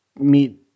meet